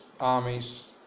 armies